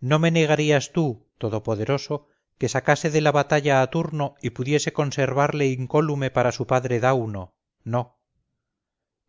no me negarías tú todopoderoso que sacase de la batalla a turno y pudiese conservarle incólume para su padre dauno no